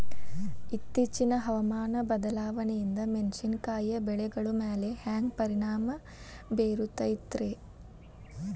ಇತ್ತೇಚಿನ ಹವಾಮಾನ ಬದಲಾವಣೆಯಿಂದ ಮೆಣಸಿನಕಾಯಿಯ ಬೆಳೆಗಳ ಮ್ಯಾಲೆ ಹ್ಯಾಂಗ ಪರಿಣಾಮ ಬೇರುತ್ತೈತರೇ?